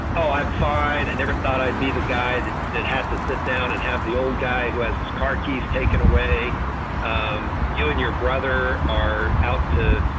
oh, i'm fine. i never thought i'd be the guy that had to sit down and have the old guy who has his car keys taken away um you and your brother are out to,